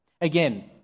Again